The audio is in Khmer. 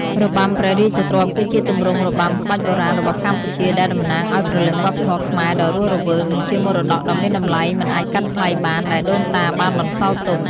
របាំព្រះរាជទ្រព្យ គឺជាទម្រង់របាំក្បាច់បុរាណរបស់កម្ពុជា ដែលតំណាងឲ្យព្រលឹងវប្បធម៌ខ្មែរដ៏រស់រវើក និងជាមរតកដ៏មានតម្លៃមិនអាចកាត់ថ្លៃបាន ដែលដូនតាបានបន្សល់ទុក។